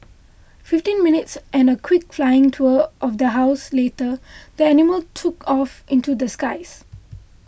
fifteen minutes and a quick flying tour of the house later the animal took off into the skies